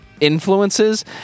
influences